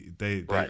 Right